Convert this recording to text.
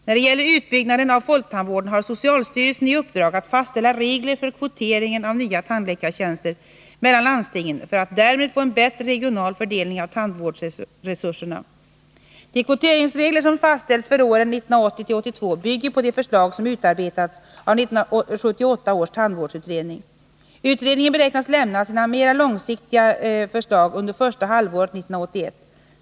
När det gäller utbyggnaden av folktandvården har socialstyrelsen i uppdrag att fastställa regler för kvoteringen av nya tandläkartjänster mellan landstingen för att därmed få en bättre regional fördelning av tandvårdsresurserna. De kvoteringsregler som fastställts för åren 1980-1982 bygger på de förslag som utarbetats av 1978 års tandvårdsutredning. Utredningen beräknas lämna sina mera långsiktiga förslag under första halvåret 1981.